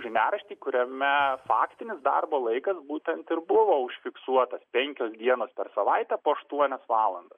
žiniaraštį kuriame faktinis darbo laikas būtent ir buvo užfiksuotas penkios dienos per savaitę po aštuonias valandas